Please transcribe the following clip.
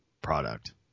product